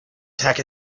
tack